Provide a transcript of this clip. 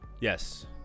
Yes